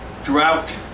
throughout